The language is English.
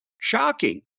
shocking